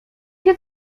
się